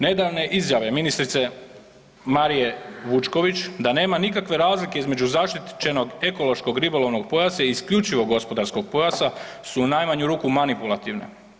Nedavne izjave ministrice Marije Vučković da nema nikakve razlike između zaštićenog ekološkog ribolovnog pojasa i isključivog gospodarskog pojasa su u najmanju ruku manipulativne.